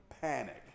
Panic